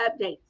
updates